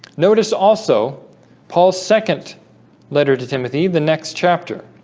notice also paul's second letter to timothy the next chapter